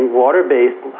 water-based